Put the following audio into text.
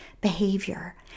behavior